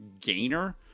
gainer